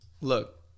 Look